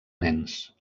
nens